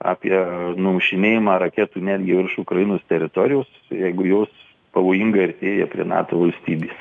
apie numšinėjimą raketų netgi virš ukrainos teritorijos jeigu jos pavojingai artėja prie nato valstybės